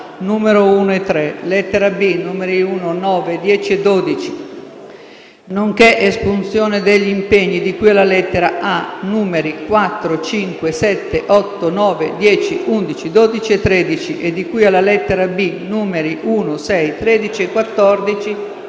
numeri 1) e 3), lettera B), numeri 9), 10) e 12), nonché espunzione degli impegni di cui alla lettera A), numeri 4), 5), 7), 8), 9), 10), 11), 12) e 13), e di cui alla lettera B), numeri 1), 6), 13) e 14).